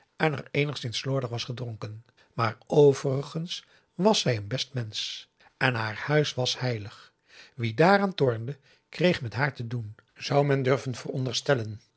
en er eenigszins slordig was gedronken maar overigens was zij n best mensch p a daum de van der lindens c s onder ps maurits en haar huis was heilig wie daaraan tornde kreeg met haar te doen zou men durven